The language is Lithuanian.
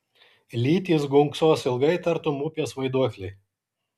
lytys gunksos ilgai tartum upės vaiduokliai